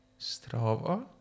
Strava